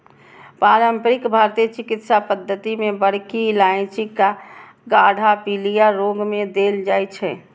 पारंपरिक भारतीय चिकित्सा पद्धति मे बड़की इलायचीक काढ़ा पीलिया रोग मे देल जाइ छै